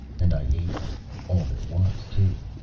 and i ate it all there was, too.